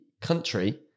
country